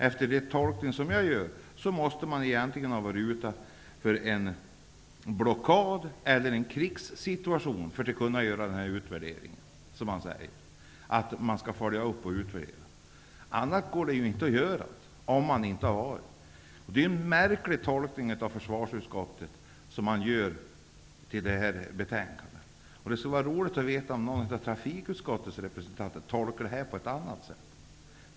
Enligt den tolkning som jag gör, måste man egentligen ha varit utsatt för en blockad eller en krigssituation för att kunna göra den utvärderingen. Det går ju inte att göra detta annars. Det är en märklig tolkning som försvarsutskottet gör. Det skulle vara roligt att veta om någon av trafikutskottets representanter tolkar det här på ett annat sätt.